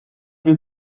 you